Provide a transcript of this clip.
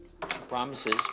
promises